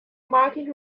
market